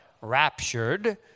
raptured